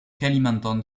kalimantan